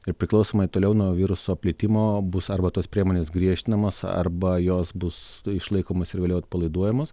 ir priklausomai toliau nuo viruso plitimo bus arba tos priemonės griežtinamos arba jos bus išlaikomos ir vėliau atpalaiduojamos